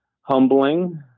humbling